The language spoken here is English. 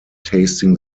tasting